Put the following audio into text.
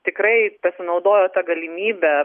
tikrai pasinaudojo ta galimybe